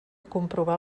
comprovar